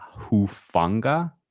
Hufanga